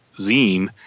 zine